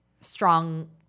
strong